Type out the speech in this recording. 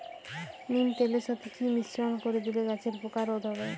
নিম তেলের সাথে কি মিশ্রণ করে দিলে গাছের পোকা রোধ হবে?